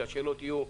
כי השאלות יהיו,